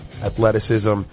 athleticism